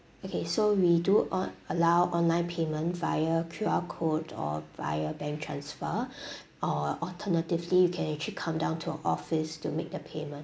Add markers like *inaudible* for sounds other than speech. okay so we do on~ allow online payment via Q_R code or via bank transfer *breath* or alternatively you can actually come down to our office to make the payment